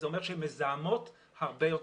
זה אומר שהן מזהמות הרבה יותר.